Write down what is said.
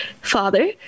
Father